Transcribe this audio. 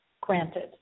granted